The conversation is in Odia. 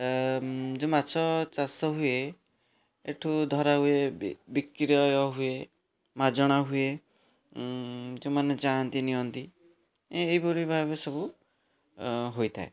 ଯୋ ମାଛ ଚାଷ ହୁଏ ଏଠୁ ଧରା ହୁଏ ବି ବିକ୍ରୟ ହୁଏ ମାଜଣା ହୁଏ ଯେଉଁମାନେ ଚାହାଁନ୍ତି ନିଅନ୍ତି ଏ ଏହିଭଳି ଭାବେ ସବୁ ହୋଇଥାଏ